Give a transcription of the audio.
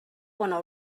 bona